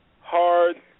hard